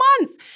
months